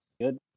good